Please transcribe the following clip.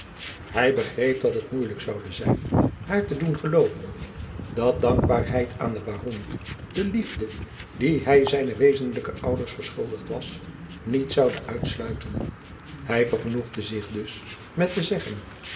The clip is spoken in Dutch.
hij begreep dat het moeilijk zoude zijn haar te doen gevoelen dat dankbaarheid aan den baron de liefde die hij zijne wezenlijke ouders verschuldigd was niet zoude uitsluiten hij vergenoegde zich dus met te zeggen